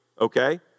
okay